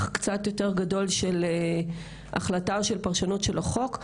קצת יותר גדול של החלטה או של פרשנות של החוק.